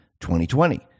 2020